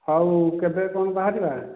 ହଉ କେବେ କ'ଣ ବାହାରିବା